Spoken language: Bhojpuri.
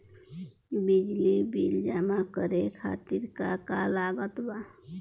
बिजली बिल जमा करे खातिर का का लागत बा?